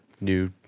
new